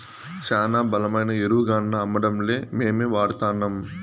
శానా బలమైన ఎరువుగాన్నా అమ్మడంలే మేమే వాడతాన్నం